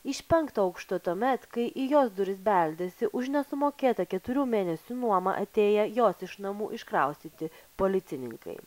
iš penkto aukšto tuomet kai į jos duris beldėsi už nesumokėtą keturių mėnesių nuomą atėję jos iš namų iškraustyti policininkai